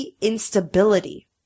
instability